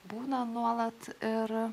būna nuolat ir